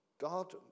God